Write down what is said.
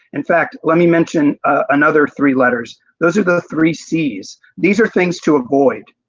in fact, let me mention another three letters, those are the three c's, these are things to avoid.